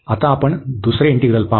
आता आपण दुसरे इंटिग्रल पाहू